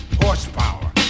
horsepower